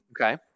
Okay